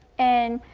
and